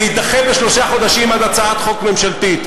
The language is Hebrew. זה יידחה בשלושה חודשים עד שתגיע הצעת חוק ממשלתית.